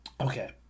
Okay